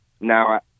now